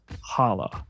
holla